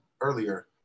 earlier